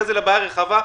אחרי זה לבעיה הרחבה.